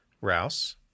Rouse